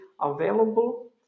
available